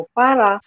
para